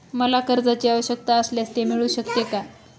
मला कर्जांची आवश्यकता असल्यास ते मिळू शकते का?